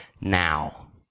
now